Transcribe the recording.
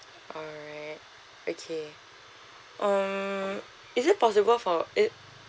alright okay um is it possible for it